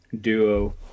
duo